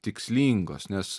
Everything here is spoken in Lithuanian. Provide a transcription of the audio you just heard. tikslingos nes